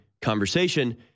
Conversation